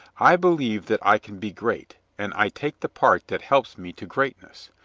i be lieve that i can be great, and i take the part that helps me to greatness.